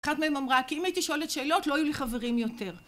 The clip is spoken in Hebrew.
אחת מהם אמרה, "כי אם הייתי שואלת שאלות, לא היו לי חברים יותר".